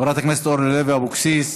חברת הכנסת אורלי לוי אבקסיס,